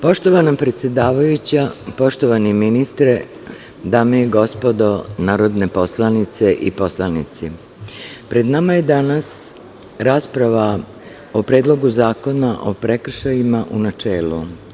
Poštovana predsedavajuća, poštovani ministre, dame i gospodo narodne poslanice i narodni poslanici, pred nama je danas rasprava o Predlogu zakona o prekršajima u načelu.